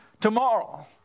tomorrow